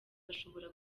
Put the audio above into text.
bashobora